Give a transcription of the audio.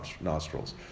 nostrils